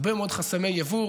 הרבה מאוד חסמי יבוא,